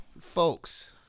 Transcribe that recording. folks